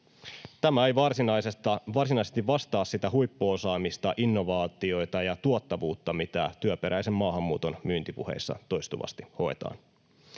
Tämä ei varsinaisesti vastaa sitä huippuosaamista, innovaatioita ja tuottavuutta, mitä työperäisen maahanmuuton myyntipuheissa toistuvasti hoetaan.